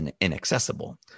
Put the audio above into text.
inaccessible